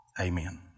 amen